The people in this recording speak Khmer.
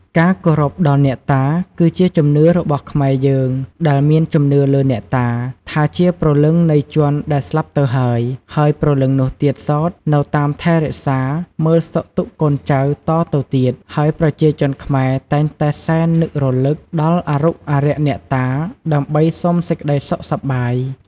ការគោរពដល់អ្នកតា គឺជាជំនឿរបស់ខ្មែរយើងដែលមានជំនឿលើអ្នកតា ថាជាព្រលឹងនៃជនដែលស្លាប់ទៅហើយ ហើយព្រលឹងនេះទៀតសោតនៅតាមថែរក្សា មើលសុខទុក្ខកូនចៅតទៅទៀត ហើយប្រជាជនខ្មែរតែងតែសែននឹករំលឹកដល់អារុក្ខអារក្សអ្នកតា ដើម្បីសុំសេចក្ដីសុខសប្បាយ។